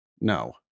No